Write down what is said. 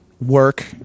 work